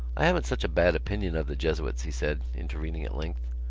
i haven't such a bad opinion of the jesuits, he said, intervening at length.